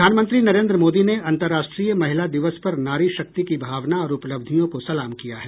प्रधानमंत्री नरेन्द्र मोदी ने अन्तर्राष्ट्रीय महिला दिवस पर नारी शक्ति की भावना और उपलब्धियों को सलाम किया है